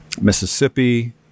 mississippi